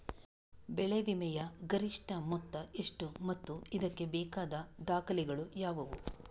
ಬೆಳೆ ವಿಮೆಯ ಗರಿಷ್ಠ ಮೊತ್ತ ಎಷ್ಟು ಮತ್ತು ಇದಕ್ಕೆ ಬೇಕಾದ ದಾಖಲೆಗಳು ಯಾವುವು?